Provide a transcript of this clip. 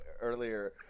earlier